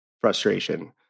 frustration